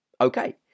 Okay